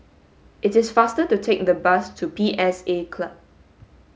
it is faster to take the bus to P S A Club